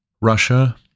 Russia